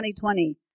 2020